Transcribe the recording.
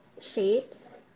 shapes